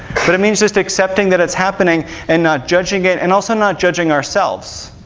but it means just accepting that it's happening and not judging it, and also not judging ourselves.